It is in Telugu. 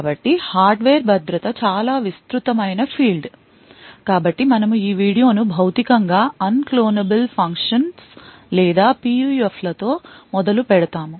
కాబట్టి హార్డ్వేర్ భద్రత చాలా విస్తృతమైన ఫీల్డ్ కాబట్టి మనము ఈ వీడియో ను భౌతికం గా అన్క్లోనబుల్ ఫంక్షన్స్ లేదా PUF లతో మొదలు పెడతాము